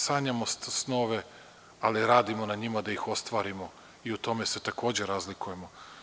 Sanjamo snove, ali radimo na njima da ih ostvarimo i u tome se takođe razlikujemo.